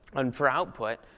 and for output,